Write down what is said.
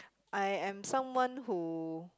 I am someone who